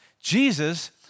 Jesus